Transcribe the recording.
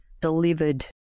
delivered